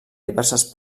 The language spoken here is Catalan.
diverses